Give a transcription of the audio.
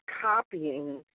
copying